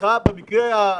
איתך ובמקרה הגרוע